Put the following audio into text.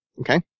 Okay